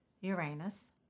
Uranus